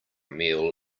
meal